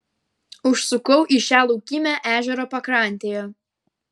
užsukau į šią laukymę ežero pakrantėje